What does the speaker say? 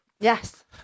Yes